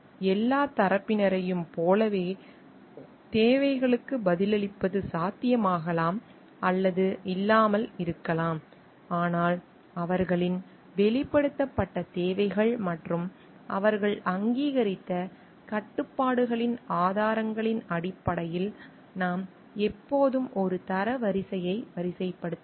எல்லாத் தரப்பினரையும் போலவே தேவைகளுக்குப் பதிலளிப்பது சாத்தியமாகலாம் அல்லது இல்லாமல் இருக்கலாம் ஆனால் அவர்களின் வெளிப்படுத்தப்பட்ட தேவைகள் மற்றும் அவர்கள் அங்கீகரித்த கட்டுப்பாடுகளின் ஆதாரங்களின் அடிப்படையில் நாம் எப்போதும் ஒரு தரவரிசையை வரிசைப்படுத்தலாம்